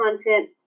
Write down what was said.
content